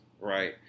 right